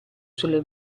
sulle